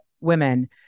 women